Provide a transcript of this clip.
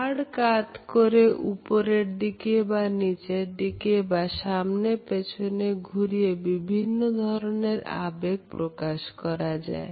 ঘাড় কাত করে উপরের দিকে বা নিচের দিকে বা সামনে পেছনে ঘুরিয়ে বিভিন্ন ধরনের আবেগ প্রকাশ করা যায়